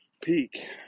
peak